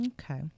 okay